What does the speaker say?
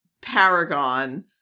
Paragon